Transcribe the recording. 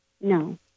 No